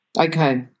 Okay